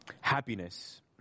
happiness